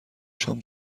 شام